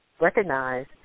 Recognize